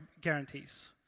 guarantees